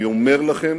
אני אומר לכם